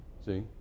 See